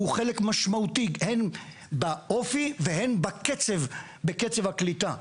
הוא חלק משמעותי, הן באופי והן בקצב הקליטה.